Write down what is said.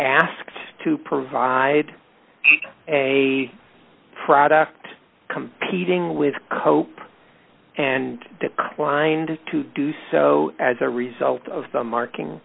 asked to provide a product competing with cope and declined to do so as a result of the marking